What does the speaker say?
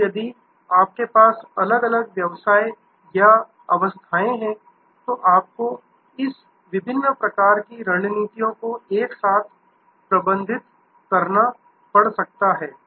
और यदि आपके पास अलग अलग व्यवसाय या अवस्थाएं हैं तो आपको इस विभिन्न प्रकार की रणनीतियों को एक साथ प्रबंधित करना पड़ सकता है